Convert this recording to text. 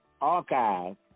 archives